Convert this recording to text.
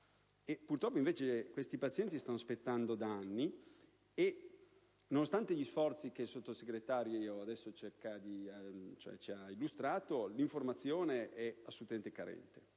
Purtroppo, invece, questi pazienti stanno aspettando da anni e, nonostante gli sforzi che il Sottosegretario adesso ci ha illustrato, l'informazione è assolutamente carente,